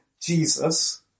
Jesus